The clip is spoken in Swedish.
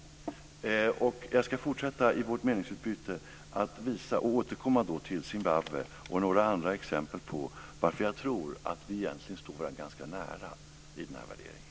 Jag ska fortsätta vårt meningsutbyte och återkomma till Zimbabwe och några andra exempel på varför jag tror att vi egentligen står varandra ganska nära i den här värderingen.